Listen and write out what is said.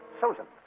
Susan